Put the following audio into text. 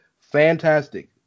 Fantastic